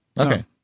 okay